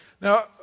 Now